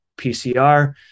PCR